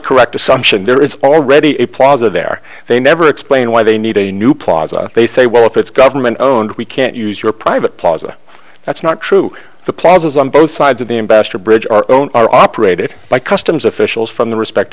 correct assumption there is already a plaza there they never explain why they need a new plaza they say well if it's government owned we can't use your private plaza that's not true the plazas on both sides of the ambassador bridge are own are operated by customs officials from the respect